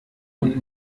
und